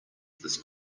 this